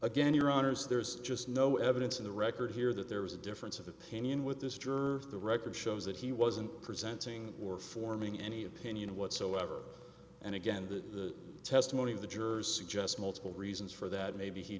again your honors there's just no evidence in the record here that there was a difference of opinion with this jerk the record shows that he wasn't presenting or forming any opinion whatsoever and again the testimony of the jurors suggests multiple reasons for that maybe he